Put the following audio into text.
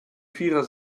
vierer